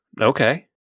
Okay